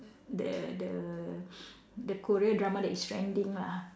the the the Korea drama that is trending lah